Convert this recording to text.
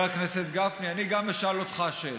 חבר הכנסת גפני, אני אשאל גם אותך שאלה: